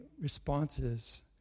responses